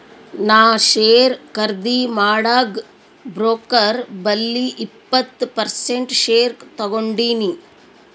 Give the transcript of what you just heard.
ನಾ ಶೇರ್ ಖರ್ದಿ ಮಾಡಾಗ್ ಬ್ರೋಕರ್ ಬಲ್ಲಿ ಇಪ್ಪತ್ ಪರ್ಸೆಂಟ್ ಶೇರ್ ತಗೊಂಡಿನಿ